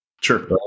Sure